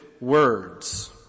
words